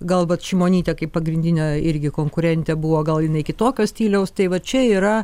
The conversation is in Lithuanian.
gal vat šimonytė kaip pagrindinė irgi konkurentė buvo gal jinai kitokio stiliaus tai va čia yra